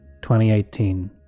2018